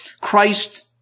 Christ